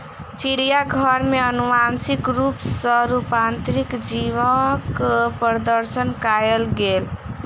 चिड़ियाघर में अनुवांशिक रूप सॅ रूपांतरित जीवक प्रदर्शन कयल गेल